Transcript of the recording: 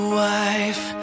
wife